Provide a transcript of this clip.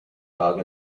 dog